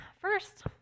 First